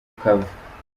kava